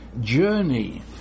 journey